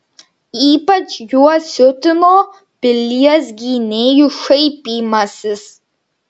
ypač juos siutino pilies gynėjų šaipymasis